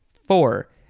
Four